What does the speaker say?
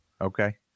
okay